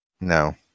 No